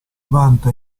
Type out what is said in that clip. vanta